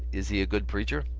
is he a good preacher?